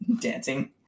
Dancing